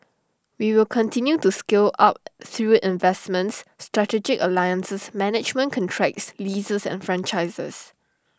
we will continue to scale up through investments strategic alliances management contracts leases and franchises